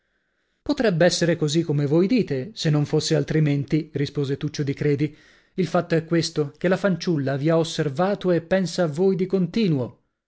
lei potrebb'essere così come voi dite se non fosse altrimenti rispose tuccio di credi il fatto è questo che la fanciulla vi ha osservato e pensa a voi di continuo